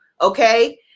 Okay